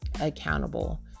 accountable